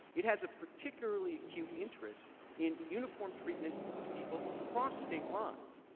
it has a particularly acute interest in uniform treatment of people across state lines.